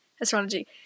astrology